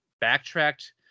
backtracked